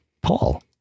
Paul